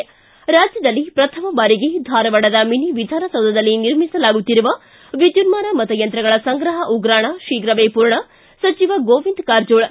ು ರಾಜ್ಯದಲ್ಲಿ ಶ್ರಥಮ ಬಾರಿಗೆ ಧಾರವಾಡ ಮಿನಿ ವಿಧಾನಸೌಧದಲ್ಲಿ ನಿರ್ಮಿಸಲಾಗುತ್ತಿರುವ ವಿದ್ಯುನ್ಮಾನ ಮತ ಯಂತ್ರಗಳ ಸಂಗ್ರಹ ಉಗ್ರಾಣ ಶೀಘವೇ ಪೂರ್ಣ ಸಚಿವ ಗೋವಿಂದ್ ಕಾರಜೋಳ್